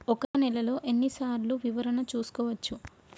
ఒక నెలలో ఎన్ని సార్లు వివరణ చూసుకోవచ్చు?